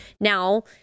now